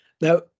Now